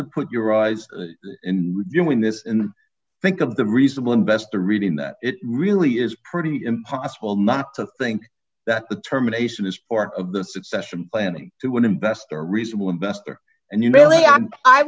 to put your eyes in reviewing this and think of the reasonable investor reading that it really is pretty impossible not to think that the terminations is part of the succession planning to an investor a reasonable investor and you really i